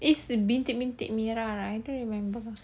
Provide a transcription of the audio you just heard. eh bintik-bintik merah right I don't remember